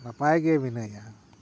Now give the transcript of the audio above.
ᱱᱟᱯᱟᱭᱜᱮ ᱢᱤᱱᱟᱹᱧᱟ